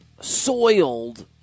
soiled